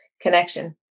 connection